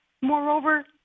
Moreover